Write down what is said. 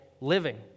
living